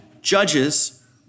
judges